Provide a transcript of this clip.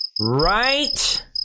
right